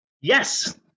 Yes